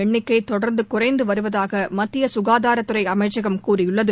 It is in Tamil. எண்ணிக்கை தொடர்ந்து குறைந்து வருவதாக மத்திய சுகாதாரத்துறை அமைச்சகம் தெரிவித்துள்ளது